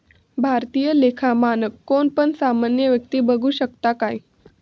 भारतीय लेखा मानक कोण पण सामान्य व्यक्ती बघु शकता काय?